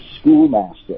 schoolmaster